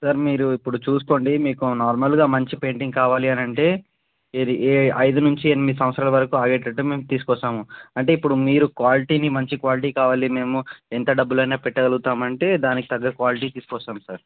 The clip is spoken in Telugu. సార్ మీరు ఇప్పుడు చూసుకోండి మీకు నార్మల్గా మంచి పెయింటింగ్ కావాలి అనంటే ఏది ఏ ఐదు నుంచి ఎనిమిది సంవత్సరాలు వరకు ఆగేటట్టుకు మేము తీసుకొస్తాము అంటే ఇప్పుడు మీరు క్వాలిటీని మంచి క్వాలిటీ కావాలి మేము ఎంత డబ్బులు అయిన పెట్టగలుగుతాము అంటే దానికి తగ్గ క్వాలిటీ తీసుకొస్తాం సార్